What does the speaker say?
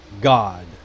God